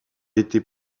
été